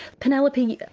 penelope,